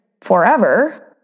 forever